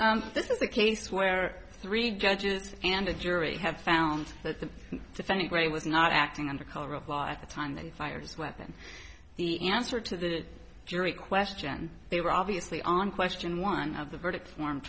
sorry this is a case where three judges and a jury have found that the defendant ray was not acting under color of law at the time then fires weapon the answer to the jury question they were obviously on question one of the verdict form